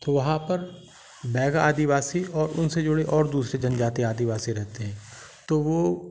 तो वहाँ पर भैगा आदिवासी और उनसे जुड़े और जनजाति आदिवासी रहते हैं तो वो